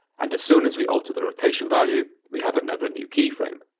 and as soon as we alter the rotation value, we have another new keyframe.